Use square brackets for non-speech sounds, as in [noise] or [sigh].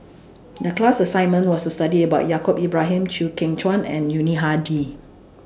[noise] The class assignment was to study about Yaacob Ibrahim Chew Kheng Chuan and Yuni Hadi